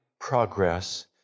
progress